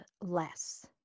less